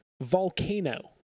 Volcano